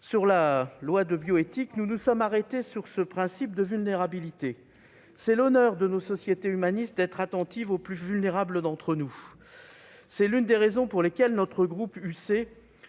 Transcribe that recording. sur la loi de bioéthique, nous nous sommes arrêtés sur ce principe de vulnérabilité. C'est l'honneur de nos sociétés humanistes d'être attentives aux plus vulnérables d'entre nous. Aussi, notre groupe